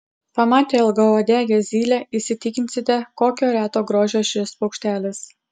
pamatę ilgauodegę zylę įsitikinsite kokio reto grožio šis paukštelis